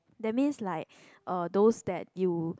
that means like uh those that you